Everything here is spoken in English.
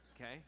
Okay